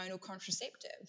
contraceptive